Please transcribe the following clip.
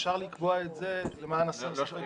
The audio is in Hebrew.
אפשר לקבוע את זה למען הסר ספק.